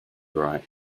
right